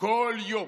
כל יום,